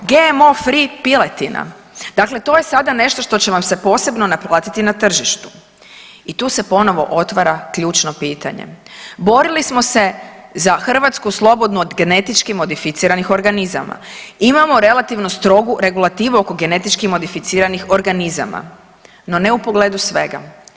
GMO free piletina, dakle to je sada nešto što će vam se posebno naplatiti na tržištu i tu se ponovo otvara ključno pitanje, borili smo se za Hrvatsku slobodnu od genetički modificiranih organizama, imamo relativno strogu regulativu oko genetički modificiranih organizama, no ne u pogledu svega.